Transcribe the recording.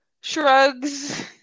shrugs